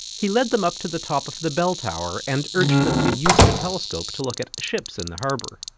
he led them up to the top of the belltower and urged them to use the telescope to look at ships in the harbour.